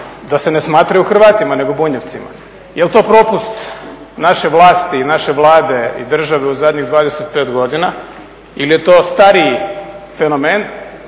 da se ne smatraju Hrvatima nego Bunjevcima. Je li to propust naše vlasti, naše Vlade i države u zadnjih 25 godina ili je to stariji fenomen,